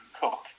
Cook